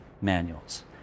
manuals